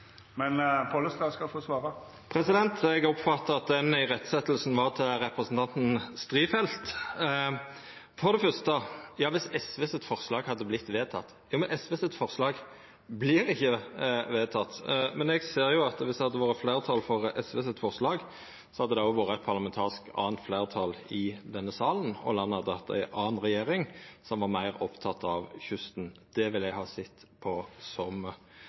Eg oppfatta at den irettesetjinga var til representanten Strifeldt. For det første: Ja, viss SV sitt forslag hadde vorte vedteke – men forslaget frå SV vert ikkje vedteke. Om det hadde vore fleirtal for SV sitt forslag, hadde det òg vore eit anna parlamentarisk fleirtal i denne salen, og landet hadde hatt ei anna regjering, som var meir oppteken av kysten. Det ville eg ha sett på som